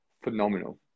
phenomenal